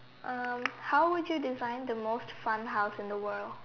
how would you design the most fun house in the world